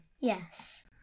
Yes